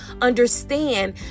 understand